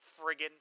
friggin